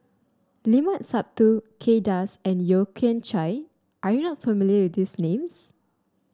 Limat Sabtu Kay Das and Yeo Kian Chye are you not familiar with these names